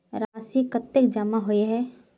राशि कतेक जमा होय है?